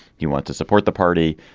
you want to support the party?